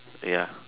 ya